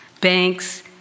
banks